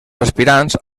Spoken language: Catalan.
aspirants